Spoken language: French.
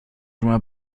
jouait